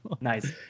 Nice